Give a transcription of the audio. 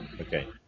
Okay